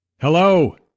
Hello